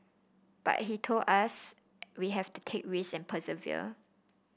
but told us we have to take risk and persevere